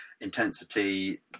intensity